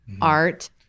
art